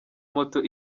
moto